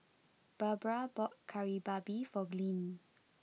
Barbara bought Kari Babi for Glynn